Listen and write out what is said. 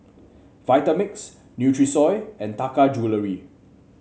Vitamix Nutrisoy and Taka Jewelry